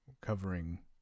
covering